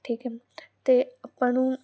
ਠੀਕ ਹੈ ਅਤੇ ਆਪਾਂ ਨੂੰ